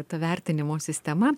ta vertinimo sistema